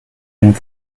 ein